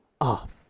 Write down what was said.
off